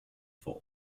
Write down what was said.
for